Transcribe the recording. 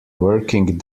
working